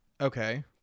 okay